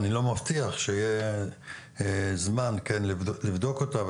אני לא מבטיח שיהיה זמן להעלות אותה,